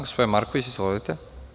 Gospodine Markoviću, izvolite.